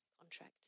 contract